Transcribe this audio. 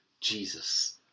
Jesus